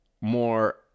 more